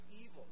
evil